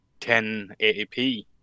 1080p